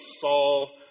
Saul